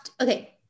Okay